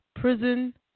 prison